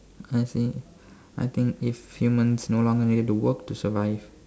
I think I think if humans no longer needed to work to survive